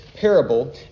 parable